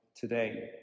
today